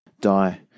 die